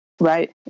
Right